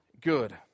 good